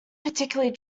particularly